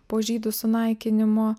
po žydų sunaikinimo